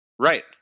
Right